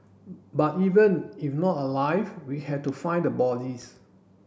but even if not alive we had to find the bodies